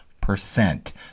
Percent